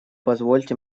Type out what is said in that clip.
позвольте